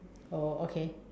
oh okay